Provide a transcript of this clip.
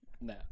No